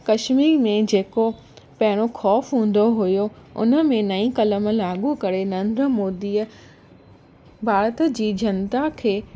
कश्मीर में जेको पैणो ख़ौफ़ु हूंदो हुओ हुन में नई कलम लागू करे नरेंद्र मोदीअ भारत जी जनता खे